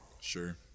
Sure